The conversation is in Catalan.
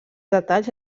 detalls